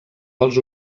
pels